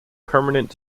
permanent